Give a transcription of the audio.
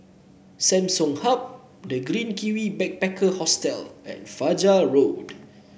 Samsung Hub The Green Kiwi Backpacker Hostel and Fajar Road